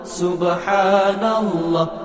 subhanallah